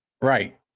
right